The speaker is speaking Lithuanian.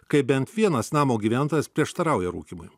kai bent vienas namo gyventojas prieštarauja rūkymui